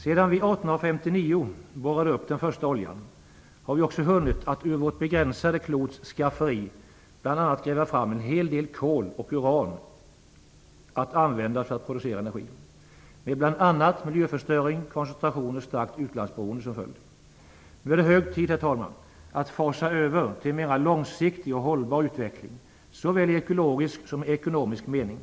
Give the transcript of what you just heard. Sedan vi 1859 borrade upp den första oljan har vi också hunnit att ur vårt klots begränsade skafferi gräva fram bl.a. en hel del kol och uran att användas för att producera energi. Följden har blivit bl.a. miljöförstöring, koncentration och ett starkt utlandsberoende. Herr talman! Nu är det hög tid att fasa över till en mera långsiktig och hållbar utveckling, såväl i ekologisk som i ekonomisk mening.